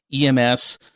EMS